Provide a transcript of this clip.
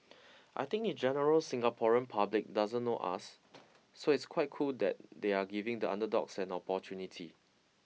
I think the general Singaporean public doesn't know us so it's quite cool that they are giving the underdogs an opportunity